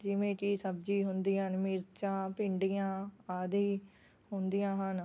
ਜਿਵੇਂ ਕਿ ਸਬਜ਼ੀ ਹੁੰਦੀ ਹਨ ਮਿਰਚਾਂ ਭਿੰਡੀਆਂ ਆਦਿ ਹੁੁੰਦੀਆਂ ਹਨ